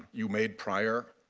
you made prior,